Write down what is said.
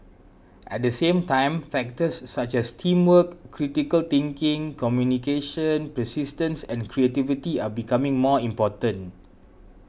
at the same time factors such as teamwork critical thinking communication persistence and creativity are becoming more important